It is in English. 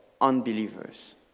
unbelievers